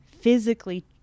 physically